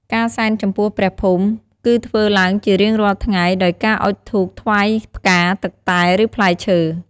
ការសែនចំពោះព្រះភូមិ គឺធ្វើឡើងជារៀងរាល់ថ្ងៃដោយការអុជធូបថ្វាយផ្កាទឹកតែឬផ្លែឈើ។